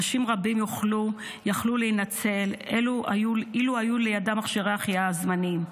אנשים רבים יכלו להינצל אילו היה לידם מכשירי החייאה זמניים.